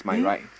eh